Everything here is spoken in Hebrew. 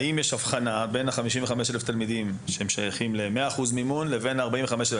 האם יש הבחנה בין ה-55 אלף תלמידים ששייכים ל-100% מימון לבין ה-45 אלף?